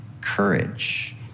courage